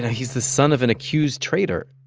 he's the son of an accused traitor.